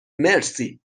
مرسی